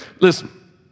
Listen